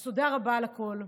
אז תודה רבה על הכול.